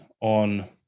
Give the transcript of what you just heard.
on